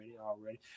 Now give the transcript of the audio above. already